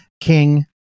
King